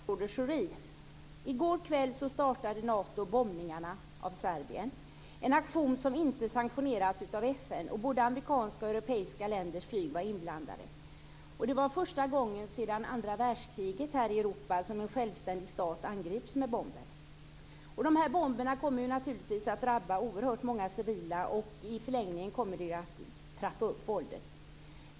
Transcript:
Fru talman! Jag vill ställa en fråga till statsrådet I går kväll startade Nato bombningarna av Serbien, en aktion som inte sanktioneras av FN. Både amerikanska flyg och europeiska länders flyg var inblandade. Det var första gången sedan andra världskriget här i Europa som en självständig stat angreps med bomber. Bomberna kommer naturligtvis att drabba oerhört många civila, och i förlängningen kommer våldet att trappas upp.